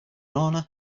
honour